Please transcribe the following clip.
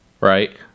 Right